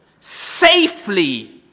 Safely